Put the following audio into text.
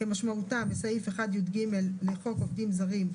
כמשמעותם בסעיף 1יג לחוק עובדים זרים,